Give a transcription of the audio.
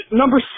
number